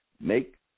make